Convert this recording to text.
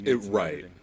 Right